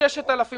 6,000 עובדים.